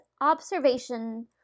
observation